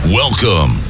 welcome